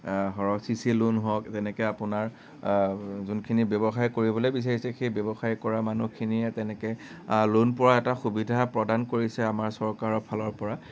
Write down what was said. সৰহ C C A loan হওক তেনেকৈ আপোনাৰ যোনখিনি ব্যৱসায় কৰিবলৈ বিচাৰিছে সেই ব্যৱসায় কৰা মানুহখিনিয়ে তেনেকৈ লোন পোৱাৰ এটা সুবিধা প্ৰদান কৰিছে আমাৰ চৰকাৰৰ ফালৰ পৰা